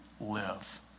live